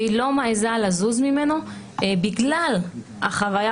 היא לא מעיזה לזוז ממנו בגלל החוויה